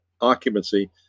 occupancy